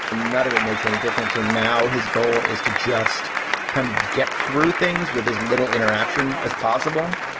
none of it makes any difference are. now, his goal is to just kind of get through things with his little interaction as possible.